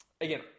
Again